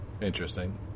Interesting